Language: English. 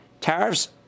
Tariffs